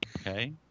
Okay